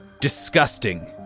disgusting